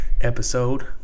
Episode